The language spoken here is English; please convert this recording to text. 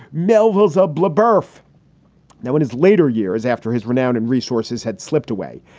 melville's a blue berth now in his later years after his renown and resources had slipped away.